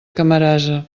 camarasa